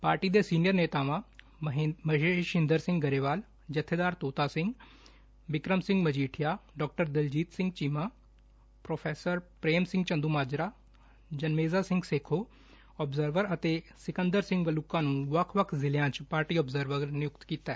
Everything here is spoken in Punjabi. ਪਾਰਟੀ ਦੇ ਸੀਨੀਅਰ ਨੇਤਾਵਾਂ ਮਹੇਸ਼ਏਂਦਰ ਸਿੰਘ ਗਰੇਵਾਲ ਜੱਬੇਦਾਰ ਤੋਤਾ ਸਿੰਘ ਬਿਕਰਮ ਸਿੰਘ ਮਜੀਠੀਆ ਡਾ ਦਿਲਜੀਤ ਚੀਮਾ ਪ੍ਰੋ ਪ੍ਰੇਮ ਸਿੰਘ ਚੰਦੂਮਾਜਰਾ ਜਨਮੇਜਾ ਸਿੰਘ ਸੇਖੋਂ ਆਬਜ਼ਰਵਰ ਅਤੇ ਸਿਕੰਦਰ ਸਿੰਘ ਮਲੂਕਾ ਨੂੰ ਵੱਖ ਵੱਖ ਜਿਲ੍ਹਿਆਂ 'ਚ ਪਾਰਟੀ ਆਬਜ਼ਰਵਰ ਨਿਯੁਕਤ ਕੀਤੈ